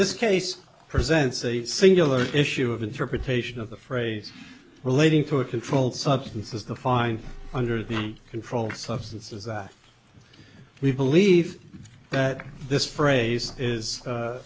this case presents a singular issue of interpretation of the phrase relating to a controlled substances the fine under the controlled substances we believe that this phrase